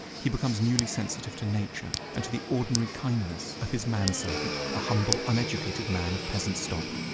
he becomes newly sensitive to nature and to the ordinary kindness of his manservant, a humble uneducated man of peasant stock.